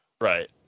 Right